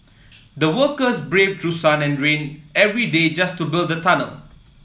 the workers braved through sun and rain every day just to build the tunnel